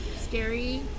scary